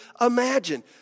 imagine